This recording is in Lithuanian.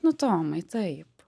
nu tomai taip